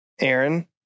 Aaron